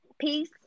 peace